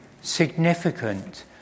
significant